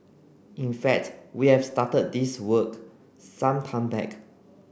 in fact we have started this work some time back